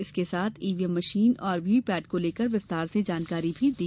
इसके साथ EVM machine और व्हीव्ही पैट को लेकर विस्तार से जानकारी दी